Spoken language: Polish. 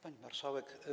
Pani Marszałek!